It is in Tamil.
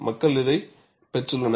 மக்கள் இதைப் பெற்றுள்ளனர்